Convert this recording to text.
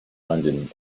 london